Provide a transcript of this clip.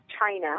China